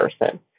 person